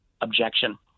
objection